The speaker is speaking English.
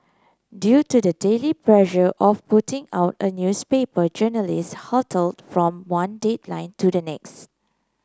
due to the daily pressure of putting out a newspaper journalists hurtled from one deadline to the next